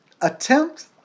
attempt